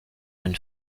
une